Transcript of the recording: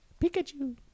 Pikachu